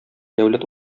дәүләт